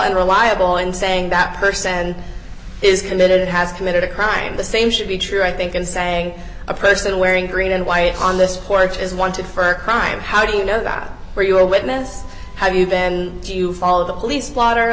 and reliable and saying that person is committed has committed a crime the same should be true i think in saying a person wearing green and white on this porch is wanted for crimes how do you know that where you are a witness how you then do you follow the police blotter